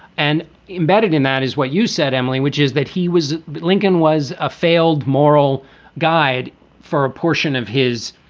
and embedded in that is what you said, emily, which is that he was lincoln was a failed moral guide for a portion of his.